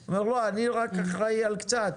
הוא אומר: לא, אני רק אחראי על קצת.